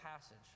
passage